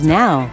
now